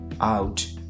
out